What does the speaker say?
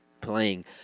playing